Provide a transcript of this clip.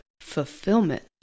fulfillment